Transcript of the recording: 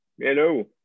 hello